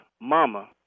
mama